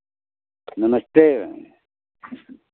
नमस्ते